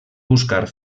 buscar